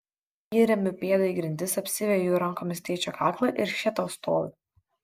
įremiu pėdą į grindis apsiveju rankomis tėčio kaklą ir še tau stoviu